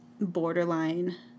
borderline